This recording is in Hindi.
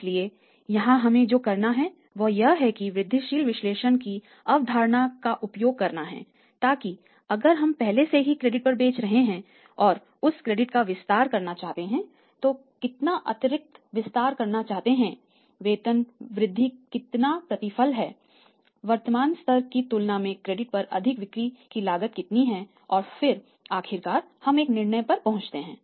इसलिए यहां हमें जो करना है वह यह है कि वृद्धिशील विश्लेषण की अवधारणा का उपयोग करना है ताकि अगर हम पहले से ही क्रेडिट पर बेच रहे हैं औरउस क्रेडिट का विस्तार करना चाहते हैं तो कितना अतिरिक्त करना चाहते हैं वेतन वृद्धि कितना प्रतिफल है वर्तमान स्तर की तुलना में क्रेडिट पर अधिक बिक्री की लागत कितनी है और फिर आखिरकार हम एक निर्णय पर पहुँचेंगे